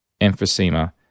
emphysema